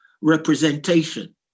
representation